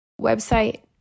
website